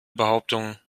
behauptungen